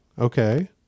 okay